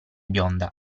bionda